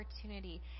opportunity